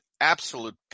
absolute